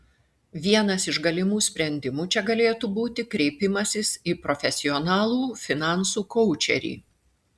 vienas iš galimų sprendimų čia galėtų būti kreipimasis į profesionalų finansų koučerį